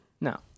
No